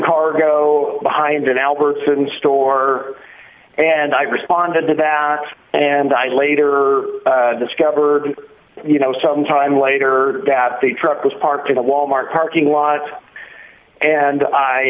cargo behind it albertson store and i responded to that and i later discovered you know sometime later that the truck was parked in a wal mart parking lot and i